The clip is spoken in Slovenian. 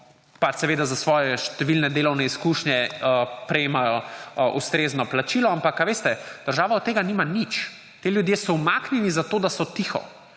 pač seveda za svoje številne delovne izkušnje prejemajo ustrezno plačilo, ampak, veste, država od tega nima nič. Ti ljudje so umaknjeni zato, da so tiho,